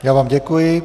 Já vám děkuji.